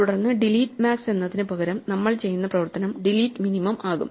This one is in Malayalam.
തുടർന്ന് ഡിലീറ്റ് മാക്സ് എന്നതിനുപകരം നമ്മൾ ചെയ്യുന്ന പ്രവർത്തനം ഡിലീറ്റ് മിനിമം ആകും